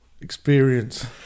experience